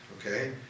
okay